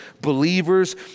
believers